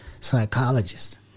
psychologist